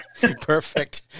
Perfect